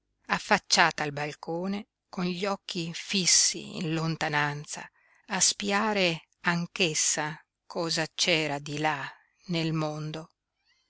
affacciata al balcone con gli occhi fissi in lontananza a spiare anch'essa cosa c'era di là nel mondo